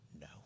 no